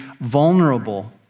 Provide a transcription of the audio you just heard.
vulnerable